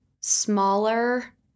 smaller